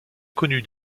connu